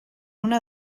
una